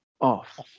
off